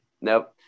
Nope